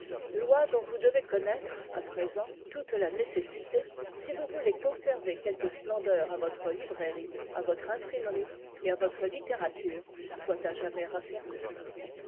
lois dont vous devez connaître à présent toute la nécessité si vous voulez conserver quelque splendeur à votre librairie à votre imprimerie et à votre littérature soient à jamais raffermies